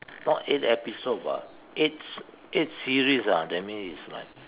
not eight episode but it's it's series ah that mean is like